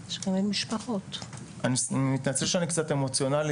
אני מצטער שאני קצת אמוציונלי